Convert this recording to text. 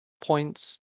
points